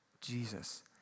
Jesus